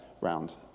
round